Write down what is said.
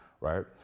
right